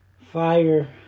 fire